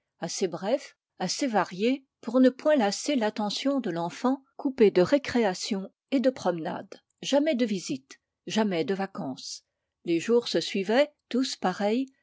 assez brefs assez variés pour ne point lasser l'attention de l'enfant coupés de récréations et de promenades jamais de visites jamais de vacances le jours se suivaient tous pareils